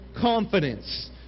confidence